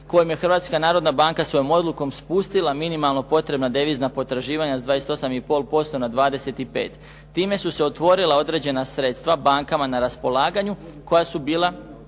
kojom je Hrvatska narodna banka svojom odlukom spustila minimalno potrebna devizna potraživanja sa 28 i pol posto na 25. Time su se otvorila određena sredstva bankama na raspolaganju koja su bila